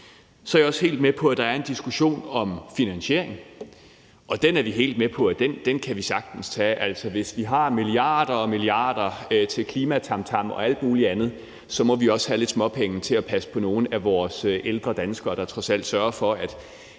Så er jeg også helt med på, at der er en diskussion om finansiering, og den er vi helt med på at vi sagtens kan tage. Altså, hvis vi har milliarder og milliarder til klimatamtam og alt muligt andet, må vi også have lidt småpenge til at passe på nogle af vores ældre danskere, der trods alt sørger for, at